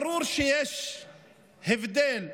ברור שיש הבדל בעמדות,